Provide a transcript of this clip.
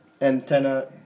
Antenna